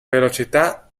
velocità